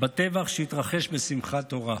בטבח שהתרחש בשמחת תורה.